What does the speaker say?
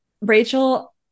Rachel